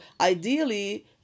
ideally